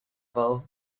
valve